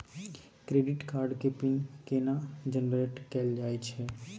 Credit card के PIN केना generate कैल जाए छै?